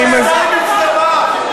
חצי מהממשלה הזאת תמכה בהתנתקות.